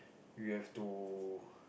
we have to